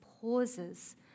pauses